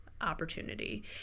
opportunity